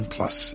Plus